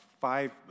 five